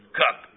cup